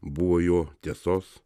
buvo jo tiesos